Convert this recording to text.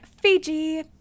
Fiji